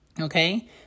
okay